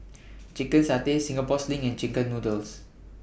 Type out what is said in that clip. Chicken Satay Singapore Sling and Chicken Noodles